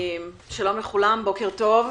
שלום לכולם, בוקר טוב.